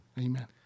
Amen